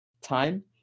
time